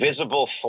visible